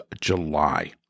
July